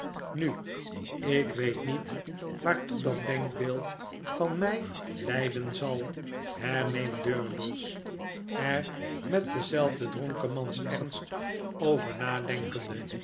nu ik weet niet waartoe dat denkbeeld van het geheim van edwin drood mij leiden zal herneemt durdels er met denzelfden dronkemansernst over nadenkepde